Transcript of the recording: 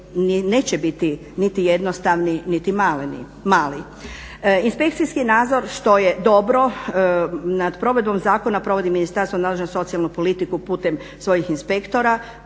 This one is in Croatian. neće biti niti jednostavni niti maleni. Inspekcijski nadzor, što je dobro, nad provedbom zakona provodi Ministarstvo za socijalnu politiku putem svojih inspektora,